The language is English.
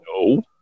No